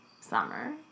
Summer